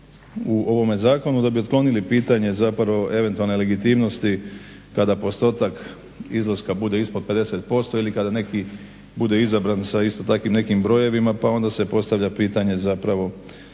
u ovome zakonu da bi otklonili pitanje eventualne legitimnosti kada postotak izlaska bude ispod 50% ili kada neki bude izabran isto tako sa nekim brojevima pa se onda postavlja pitanje zapravo